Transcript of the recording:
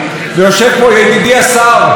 ויושב פה ידידי השר,